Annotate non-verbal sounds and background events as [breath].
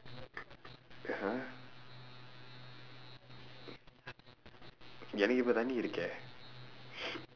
!huh! எனக்கு இப்ப தண்ணீ இருக்கே:enakku ippa thannii irukkee [breath]